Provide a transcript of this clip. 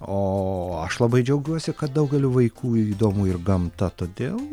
o aš labai džiaugiuosi kad daugeliui vaikų įdomu ir gamta todėl